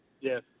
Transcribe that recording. Yes